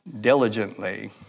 diligently